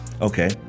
Okay